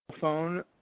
phone